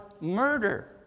murder